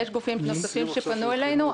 יש גופים נוספים שפנו אלינו.